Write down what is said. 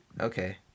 okay